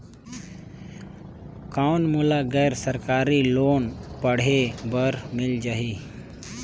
कौन मोला गैर सरकारी लोन पढ़े बर मिल जाहि?